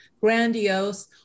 grandiose